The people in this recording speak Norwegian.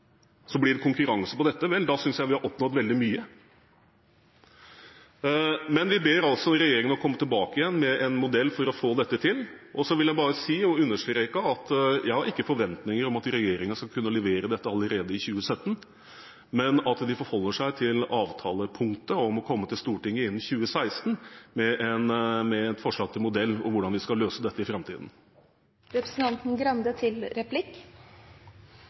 blir det konkurranse på dette, og da synes jeg vi har oppnådd veldig mye. Vi ber regjeringen om å komme tilbake igjen med en modell for å få dette til. Så vil jeg understreke at jeg ikke har forventninger om at regjeringen skal kunne levere dette allerede i 2017, men at de forholder seg til avtalepunktet om å komme til Stortinget innen 2016 med et forslag til modell og forslag til hvordan vi skal løse dette i framtiden. Bare en mulighet til